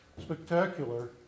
spectacular